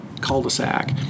cul-de-sac